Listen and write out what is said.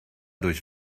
durch